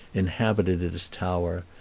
inhabited its tower,